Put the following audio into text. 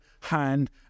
hand